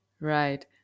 Right